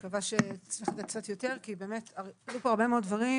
אני מקווה שאני אצליח קצת יותר כי עלו כאן הרבה דברים,